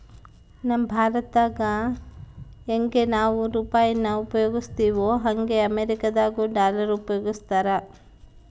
ನಮ್ ಭಾರತ್ದಾಗ ಯಂಗೆ ನಾವು ರೂಪಾಯಿನ ಉಪಯೋಗಿಸ್ತಿವೋ ಹಂಗೆ ಅಮೇರಿಕುದಾಗ ಡಾಲರ್ ಉಪಯೋಗಿಸ್ತಾರ